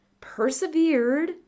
persevered